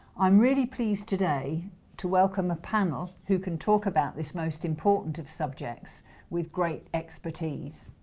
i'm really pleased today to welcome a panel who can talk about this most important of subjects with great expertise.